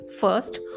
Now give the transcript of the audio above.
first